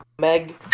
Meg